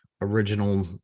original